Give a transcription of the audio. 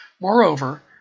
Moreover